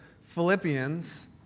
Philippians